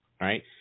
right